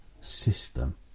system